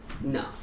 No